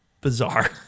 bizarre